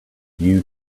you